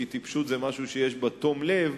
כי טיפשות זה משהו שיש בו תום לב,